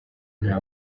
nta